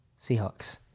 Seahawks